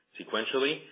Sequentially